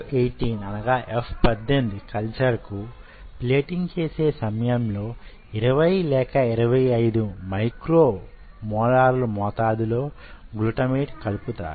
F18 culture కు plating చేసే సమయం లో 20 లేక 25 మైక్రో మోలార్ల మోతాదులో గ్లూటమేట్ కలుపుతారు